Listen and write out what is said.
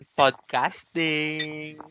podcasting